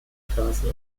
straßen